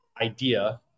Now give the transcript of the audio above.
idea